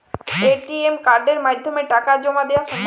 ATM কার্ডের মাধ্যমে টাকা জমা দেওয়া সম্ভব?